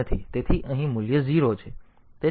તેથી અહીં મૂલ્ય 0 છે